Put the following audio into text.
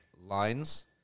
lines